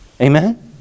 amen